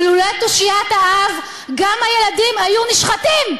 ולולא תושיית האב גם הילדים היו נשחטים,